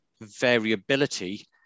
variability